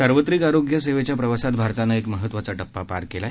सार्वत्रिक आरोग्यसेवेच्या प्रवासात भारतानं एक महत्वाचा टप्पा पार केला आहे